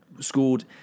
scored